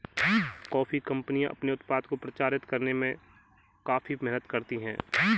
coffee कंपनियां अपने उत्पाद को प्रचारित करने में काफी मेहनत करती हैं